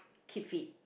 keep fit